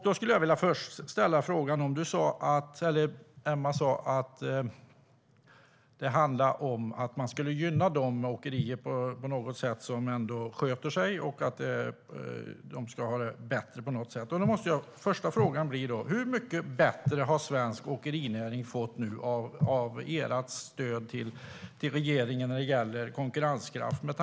Du sa att det handlar om att på något sätt gynna de åkerier som ändå sköter sig, alltså att de ska ha det bättre. Därför måste min första fråga bli: Hur mycket bättre har svensk åkerinäring fått det av ert stöd till regeringen när det gäller konkurrenskraft?